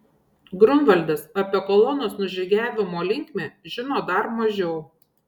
griunvaldas apie kolonos nužygiavimo linkmę žino dar mažiau